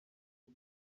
rya